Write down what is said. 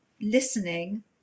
listening